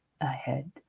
ahead